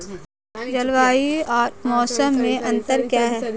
जलवायु और मौसम में अंतर क्या है?